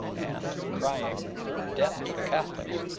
and, crying death to the catholics!